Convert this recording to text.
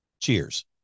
Cheers